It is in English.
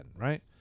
right